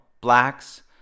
blacks